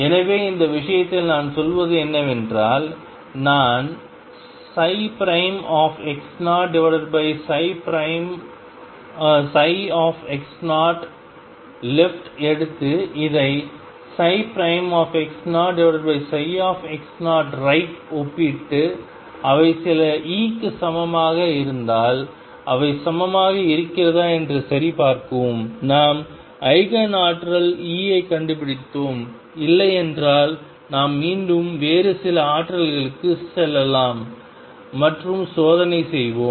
எனவே இந்த விஷயத்தில் நான் செய்வது என்னவென்றால் நான் x0x0|left எடுத்து இதை x0x0|right ஒப்பிட்டு அவை சில E க்கு சமமாக இருந்தால் அவை சமமாக இருக்கிறதா என்று சரிபார்க்கவும் நாம் ஈஜென் ஆற்றல் E ஐக் கண்டுபிடித்தோம் இல்லையென்றால் நாம் மீண்டும் வேறு சில ஆற்றலுக்கு செல்லலாம் மற்றும் சோதனை செய்வோம்